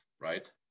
right